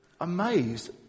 amazed